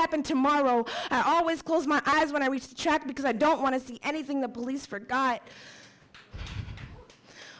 happen tomorrow i always close my eyes when i reach the track because i don't want to see anything the police forgot